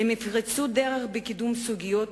הם יפרצו דרך בקידום סוגיות